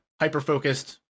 hyper-focused